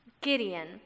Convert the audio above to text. Gideon